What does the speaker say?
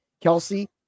Kelsey